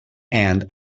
and